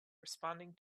responding